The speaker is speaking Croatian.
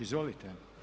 Izvolite.